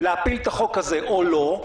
להפיל את החוק הזה או לא,